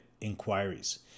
inquiries